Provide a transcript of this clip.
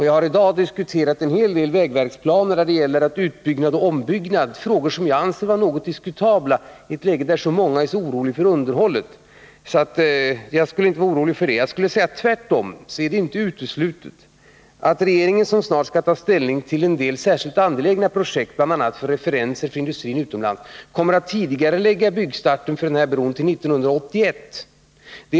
Jag har i dag diskuterat en hel del vägverksplaner när det gäller utoch ombyggnadsfrågor. Det är frågor som jag anser vara något diskutabla i ett läge då så många är oroliga för underhållet. Därför skulle jag inte vara orolig i det här fallet. Tvärtom är det inte uteslutet att regeringen, som snart skall ta ställning till vissa särskilt angelägna projekt, bl.a. för referenser till industrin utomlands, kommer att tidigarelägga byggstarten för den här bron till 1981.